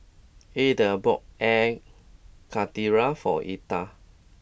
Edgar bought Air Karthira for Elta